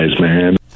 man